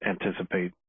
anticipate